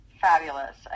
fabulous